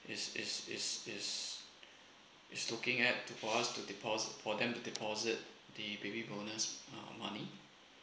is is is is is looking at to for us to depos~ for them to deposit the baby bonus uh money